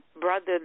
brother